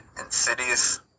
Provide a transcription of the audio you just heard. Insidious